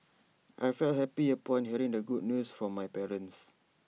I felt happy upon hearing the good news from my parents